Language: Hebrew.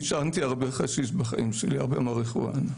עישנתי הרבה חשיש בחיים שלי, הרבה מריחואנה.